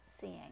seeing